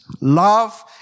love